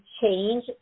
change